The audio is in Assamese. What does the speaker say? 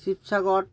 শিৱসাগৰ